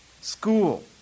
School